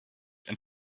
and